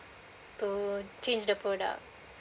to change the product